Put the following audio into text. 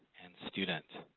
and student.